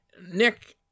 Nick